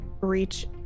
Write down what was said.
reach